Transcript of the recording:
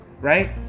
right